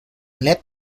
led